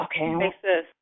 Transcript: Okay